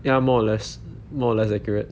ya more or less more or less accurate